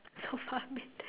how far with the